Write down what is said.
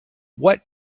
what